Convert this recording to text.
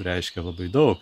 reiškia labai daug